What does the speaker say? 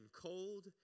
cold